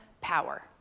power